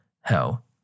hell